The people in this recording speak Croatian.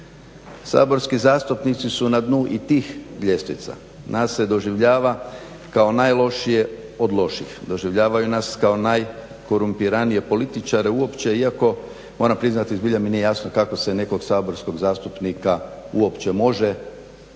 Saborski zastupnici su na dnu i tih ljestvica. Nas se doživljava kao najlošije od loših, doživljava nas se kao najkorumpiranije političare uopće iako moram priznati zbilja mi nije jasno kako se nekog saborskog zastupnika uopće može